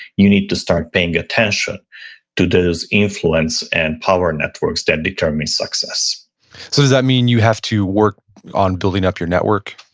you need to start paying attention to those influence and power networks that determine success so does that mean you have to work on building up your network?